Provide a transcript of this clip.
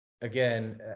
again